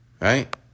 Right